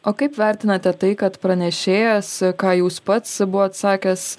o kaip vertinate tai kad pranešėjas ką jūs pats buvot sakęs